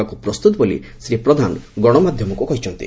କରିବାକୁ ପ୍ରସ୍ତୁତ ବୋଲି ଶ୍ରୀ ପ୍ରଧାନ ଗଣମାଧ୍ଧମକୁ କହିଛନ୍ତି